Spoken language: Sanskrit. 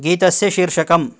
गीतस्य शीर्षकम्